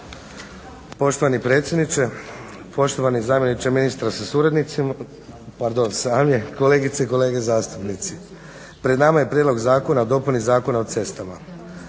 Poštovani predsjedniče, poštovani zamjeniče ministra sa suradnicima, pardon sami, kolegice i kolege zastupnici. Pred nama je Prijedlog zakona o dopuni Zakona o cestama.